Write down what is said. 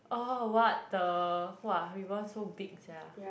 oh what the !wah! Reebonz so big sia